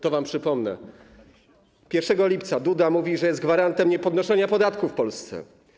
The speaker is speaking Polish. To wam przypomnę: 1 lipca Duda mówi, że jest gwarantem niepodnoszenia podatków w Polsce.